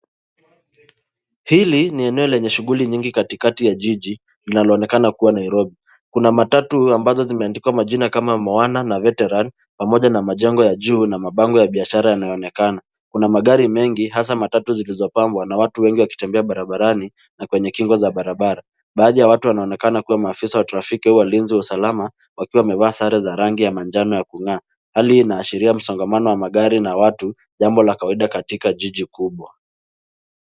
Hili ni eneo lenye shughuli nyingi katikati ya jiji linaloonekana kuwa Nairobi. Kuna matatu ambazo zimeandikwa majina kama Moana na Veteran pamoja na majengo ya juu na mabango ya biashara yanayoonekana. Kuna magari mengi hasa matatu zilizopambwa na watu wengi wakitembea barabarani na kwenye kingo za barabara. Baadhi ya watu wanaonekana kuwa maafisa wa trafiki au walinzi wa usalama wakiwa wamevaa sare za rangi ya manjano ya kung'aa. Hali inaashiria msongamano wa magari na watu, jambo la kawaida katika jiji kubwa.